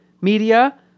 media